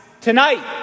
Tonight